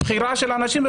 זאת בחירה של האנשים,